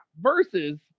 versus